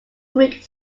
greek